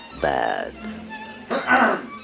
bad